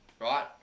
right